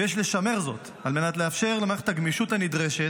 ויש לשמר זאת על מנת לאפשר את הגמישות הנדרשת,